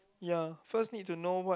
ya first need to know what